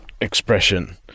expression